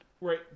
Right